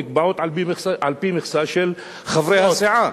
נקבעות על-פי מכסה של חברי הסיעה.